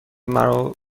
مرا